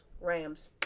Rams